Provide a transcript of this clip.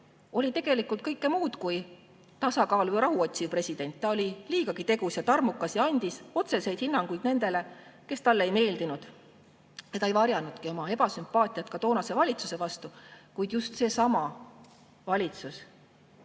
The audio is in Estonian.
oli tegelikult kõike muud kui tasakaalu või rahu otsiv president. Ta oli liigagi tegus ja tarmukas ja andis otseseid hinnanguid nendele, kes talle ei meeldinud. Ja ta ei varjanudki oma ebasümpaatiat toonase valitsuse vastu. Kuid just seesama valitsus,